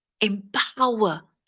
empower